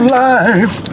life